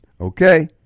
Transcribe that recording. okay